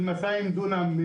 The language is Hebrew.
של אלפיים דונם,